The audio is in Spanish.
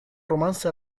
romance